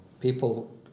People